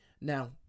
Now